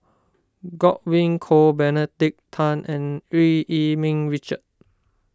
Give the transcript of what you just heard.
Godwin Koay Benedict Tan and Eu Yee Ming Richard